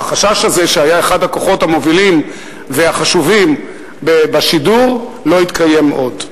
החשש הזה שהיה אחד הכוחות המובילים והחשובים בשידור לא יתקיים עוד.